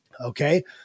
Okay